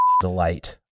delight